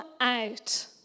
out